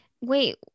Wait